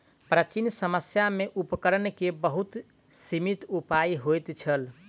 प्राचीन समय में उपकरण के बहुत सीमित उपाय होइत छल